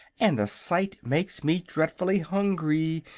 and the sight makes me dreadfully hungry.